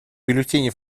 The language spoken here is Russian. бюллетени